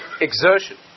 exertion